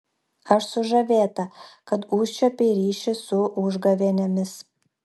aš sužavėta kad užčiuopei ryšį su užgavėnėmis